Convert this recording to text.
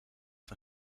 van